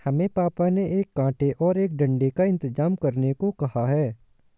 हमें पापा ने एक कांटे और एक डंडे का इंतजाम करने को कहा है